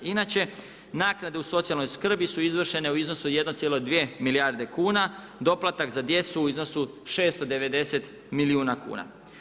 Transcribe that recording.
Inače, naknade u socijalnoj skrbi su izvršene u iznosu u 1,2% milijarde kuna, doplatak za djecu u iznosu 690 milijuna kuna.